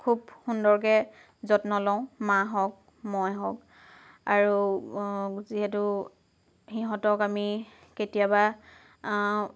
খুব সুন্দৰকৈ যত্ন লওঁ মা হওক মই হওক আৰু যিহেতু সিহঁতক আমি কেতিয়াবা